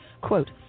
Quote